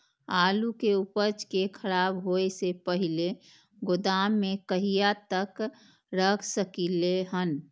आलु के उपज के खराब होय से पहिले गोदाम में कहिया तक रख सकलिये हन?